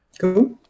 Cool